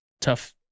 tough